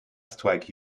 strike